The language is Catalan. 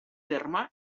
terme